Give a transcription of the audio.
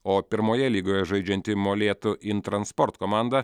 o pirmoje lygoje žaidžianti molėtų intransport komanda